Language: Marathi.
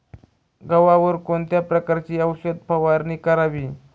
गव्हावर कोणत्या प्रकारची औषध फवारणी करावी?